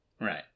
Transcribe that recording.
Right